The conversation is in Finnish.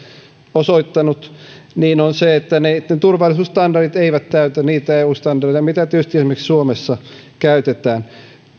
osoittanut niin niitten turvallisuusstandardit eivät täytä niitä eu standardeja joita tietysti esimerkiksi suomessa käytetään